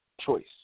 choice